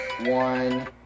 one